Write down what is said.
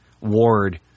Ward